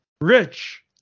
Rich